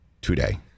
today